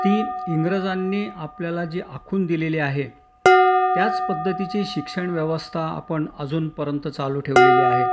ती इंग्रजांनी आपल्याला जी आखून दिलेली आहे त्याच पद्धतीची शिक्षणव्यवस्था आपण अजूनपर्यंत चालू ठेवलेली आहे